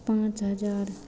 पाँच हजार